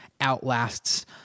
outlasts